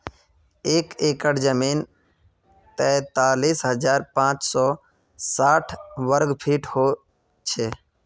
एक एकड़ जमीन तैंतालीस हजार पांच सौ साठ वर्ग फुट हो छे